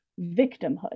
victimhood